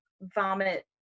vomit